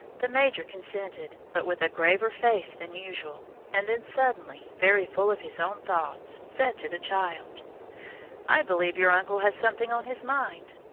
the major consented, but with a graver face than usual, and then suddenly, very full of his own thoughts, said to the child i believe your uncle has something on his mind.